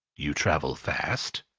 you travel fast?